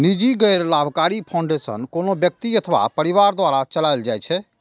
निजी गैर लाभकारी फाउंडेशन कोनो व्यक्ति अथवा परिवार द्वारा चलाएल जाइ छै